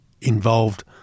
involved